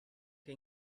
che